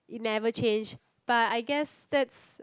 it never change but I guess that's